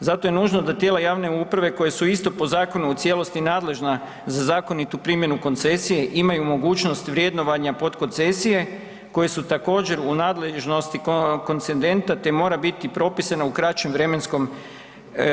Zato je nužno da tijela javne uprave koje su isto po zakonu u cijelosti nadležna za zakonitu primjenu koncesije, imaju mogućnost vrednovanja podkoncesije koje su također u nadležnosti koncendenta te mora biti propisana u kraćem vremenskom